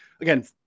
again